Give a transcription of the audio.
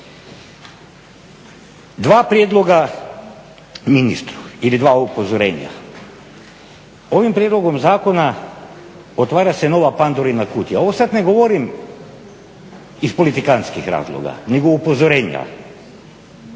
Dva prijedloga ministru ili dva upozorenja, ovim prijedlogom zakona otvara se nova Pandorina kutija. Ovo sada ne govorim iz politikantskih razloga, nego upozorenja.